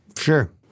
Sure